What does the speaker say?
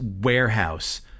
warehouse